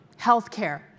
healthcare